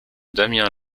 damien